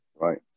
Right